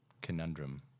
conundrum